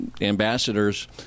ambassadors